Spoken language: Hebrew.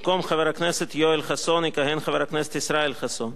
במקום חבר הכנסת יואל חסון יכהן חבר הכנסת ישראל חסון,